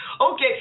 Okay